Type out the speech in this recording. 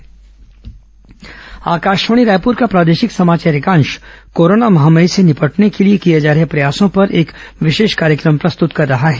corona विशेष कार्यक्रम आकाशवाणी रायपुर का प्रादेशिक समाचार एकांश कोरोना महामारी से निपटने के लिए किए जा रहे प्रयासों पर एक विशेष कार्यक्रम प्रस्तृत कर रहा है